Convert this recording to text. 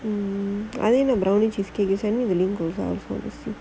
I only know brownie cheesecake you send me the link